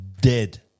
dead